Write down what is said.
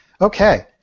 Okay